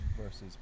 versus